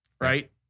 right